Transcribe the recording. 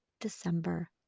December